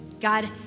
God